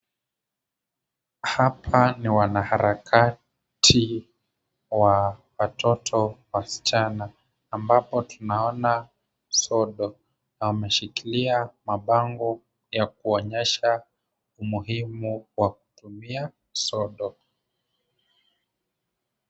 Hapa ni wanaharakati wa watoto wasichana ambapo tunaona sodo. Wameshikilia mabango ya kuonyesha umuhimu wa kutumia sodo.